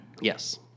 Yes